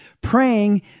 praying